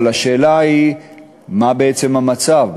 אבל השאלה היא מה בעצם המצב,